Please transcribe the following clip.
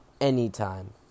anytime